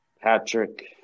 Patrick